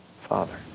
father